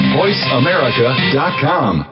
voiceamerica.com